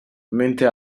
mentre